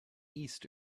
east